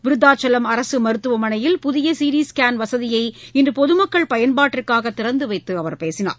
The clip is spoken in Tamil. விருதாச்சலம் அரசு மருத்துவமனையில் புதிய சிடி ஸ்கேன் வசதியை இன்று பொதுமக்கள் பயன்பாட்டிற்காக திறந்து வைத்து அவர் பேசினார்